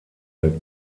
der